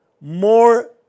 more